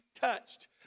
touched